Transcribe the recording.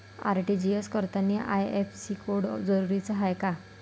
RTGS करतांनी IFSC code जरुरीचा हाय का?